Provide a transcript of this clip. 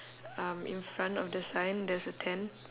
um in front of the sign there's a tent